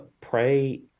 pray